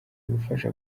gufasha